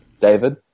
David